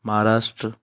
Maharashtra